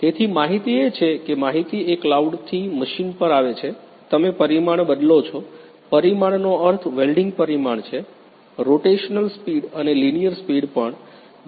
તેથી માહિતી એ છે કે માહિતી એ ક્લાઉડથી મશીન પર આવે છે તમે પરિમાણ બદલો છો પરિમાણનો અર્થ વેલ્ડીંગ પરિમાણ છે રોટેશનલ સ્પીડ અને લિનીયર સ્પીડ પણ જે એક અલગ કેસ છે